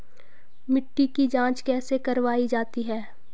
मिट्टी की जाँच कैसे करवायी जाती है?